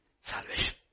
salvation